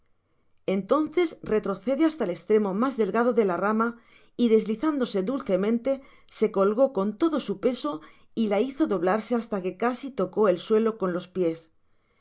entonces retrocede hasta el estremo mas delga o de la rama y deslizandose dulcemente se colgó ton lodo su peso y la hizo doblarse hasta que casi tocó al suelo con los pies